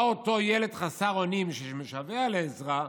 מה אותו ילד חסר אונים, שמשווע לעזרה,